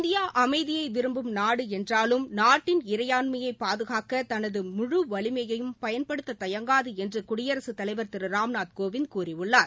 India அமைதியை விரும்பும் நாடு என்றாலும் நாட்டின் இறையான்மையை பாதுகாக்க தனது முழு வலிமையை பயன்படுத்த தயங்காது என்று குடியரசுத்தலைவர் திரு ராம்நாத் கோவிந்த் கூறியுள்ளார்